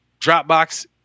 Dropbox